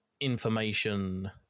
information